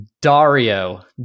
dario